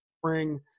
spring